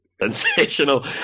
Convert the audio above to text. Sensational